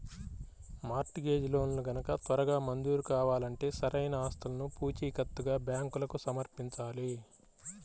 mart gauge లోన్లు గనక త్వరగా మంజూరు కావాలంటే సరైన ఆస్తులను పూచీకత్తుగా బ్యాంకులకు సమర్పించాలి